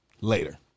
Later